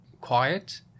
quiet